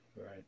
right